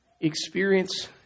experience